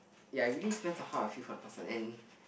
ya it really depends on how I feel for the person and